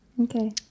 Okay